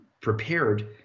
prepared